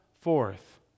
forth